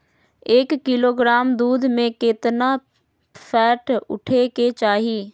एक किलोग्राम दूध में केतना फैट उठे के चाही?